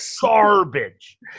garbage